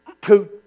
two